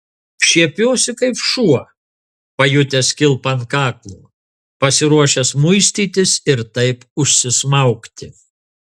šiepiuosi kaip šuo pajutęs kilpą ant kaklo pasiruošęs muistytis ir taip užsismaugti